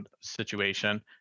situation